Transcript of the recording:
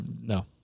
no